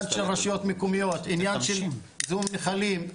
של רשויות מקומיות; עניין של זיהום נחלים.